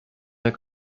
jak